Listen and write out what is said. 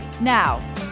Now